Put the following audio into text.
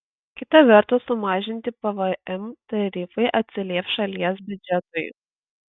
kita vertus sumažinti pvm tarifai atsilieps šalies biudžetui